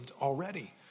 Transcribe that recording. already